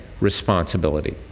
responsibility